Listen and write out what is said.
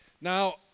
Now